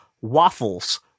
waffles